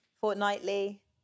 fortnightly